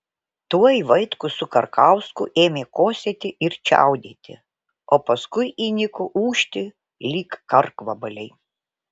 tuoj vaitkus su karkausku ėmė kosėti ir čiaudėti o paskui įniko ūžti lyg karkvabaliai